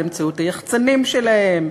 באמצעות היחצנים שלהם,